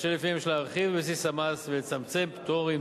ואשר לפיהם יש להרחיב את בסיס המס ולצמצם פטורים,